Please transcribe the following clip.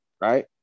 right